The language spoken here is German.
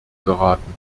geraten